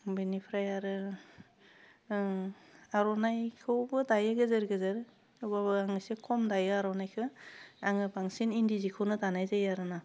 बिनिफ्राय आरो आर'नाइखौबो दायो गेजेर गेजेर थेवबाबो आं एसे खम दायो आरो आर'नाइखौ आङो बांसिन इन्दि जिखौनो दानाय जायो आरो ना